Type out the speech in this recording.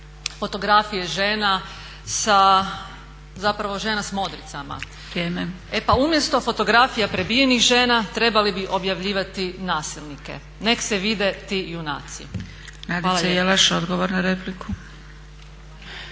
fotografije žena sa modricama. …/Upadica Zgrebec: Vrijeme./… E pa umjesto fotografija prebijenih žena trebali bi objavljivati nasilnike nek' se vide ti junaci. Hvala